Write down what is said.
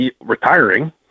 retiring